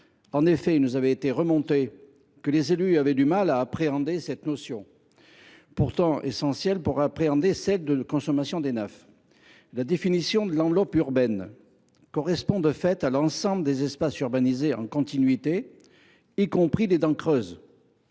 En effet, il nous avait été signalé que les élus avaient du mal à appréhender cette notion pourtant essentielle pour appréhender celle de consommation d’Enaf. La définition de l’enveloppe urbaine correspond, de fait, à l’ensemble des espaces urbanisés en continuité, y compris les dents creuses.